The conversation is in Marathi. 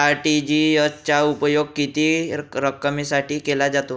आर.टी.जी.एस चा उपयोग किती रकमेसाठी केला जातो?